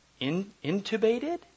intubated